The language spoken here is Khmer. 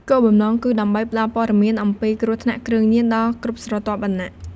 គោលបំណងគឺដើម្បីផ្ដល់ព័ត៌មាន អំពីគ្រោះថ្នាក់គ្រឿងញៀនដល់គ្រប់ស្រទាប់វណ្ណៈ។